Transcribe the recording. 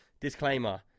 disclaimer